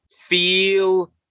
feel